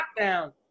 lockdown